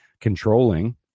controlling